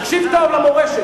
תקשיב טוב למורשת,